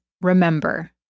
remember